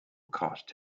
cost